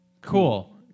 cool